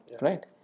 right